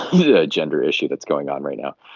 the gender issue that's going on right now.